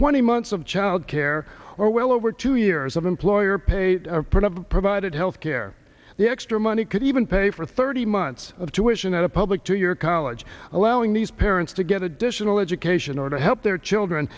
twenty months of childcare or well over two years of employer pay provided health care the extra money could even pay for thirty months of jewish and other public two year college allowing these parents to get additional education or to help their children